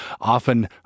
often